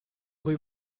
rue